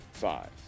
Five